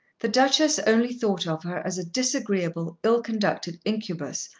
the duchess only thought of her as a disagreeable ill-conducted incubus,